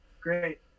great